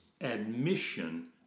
admission